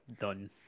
done